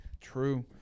True